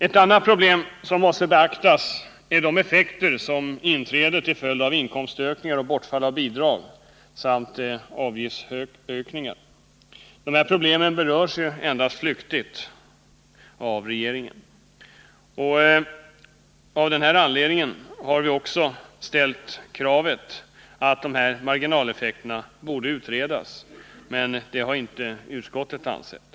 Ett annat problem som måste beaktas är de effekter som inträder till följd av inkomstökningar och bortfall av bidrag samt avgiftsökningar. Dessa problem berörs endast flyktigt av regeringen. Av denna anledning har vi också ställt kravet att dessa marginaleffekter borde utredas, men det har inte utskottet ansett.